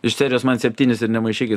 iš serijos man septynis ir nemaišykit